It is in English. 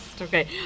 Okay